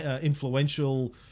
influential